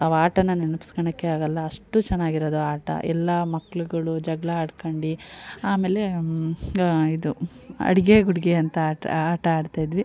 ಅವು ಆಟಾ ನೆನ್ಪಿಸ್ಕೋಳೋಕೆ ಆಗೋಲ್ಲ ಅಷ್ಟು ಚೆನ್ನಾಗಿರೋದು ಆ ಆಟ ಎಲ್ಲ ಮಕ್ಳುಗಳು ಜಗಳ ಆಡ್ಕೊಂಡು ಆಮೇಲೆ ಇದು ಅಡುಗೆ ಗುಡ್ಗೆ ಅಂತ ಆಟ ಆಟ ಆಡ್ತಾಯಿದ್ವಿ